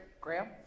Graham